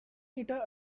meter